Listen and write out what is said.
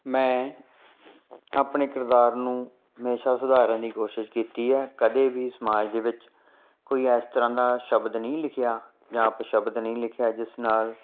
ਮੈਂ ਆਪਣੇ ਕਿਰਦਾਰ ਨੂੰ ਹਮੇਸ਼ਾਂ ਸੁਧਾਰਨ ਦੀ ਕੋਸ਼ਿਸ਼ ਕੀਤੀ ਹੈ ਕਦੇ ਵੀ ਸਮਾਜ ਦੇ ਵਿੱਚ ਕੋਈ ਇਸ ਤਰ੍ਹਾਂ ਦਾ ਸ਼ਬਦ ਨਹੀਂ ਲਿਖਿਆ ਜਾਂ ਅਪਸ਼ਬਦ ਨਹੀਂ ਲਿਖਿਆ ਜਿਸ ਨਾਲ